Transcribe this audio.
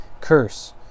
curse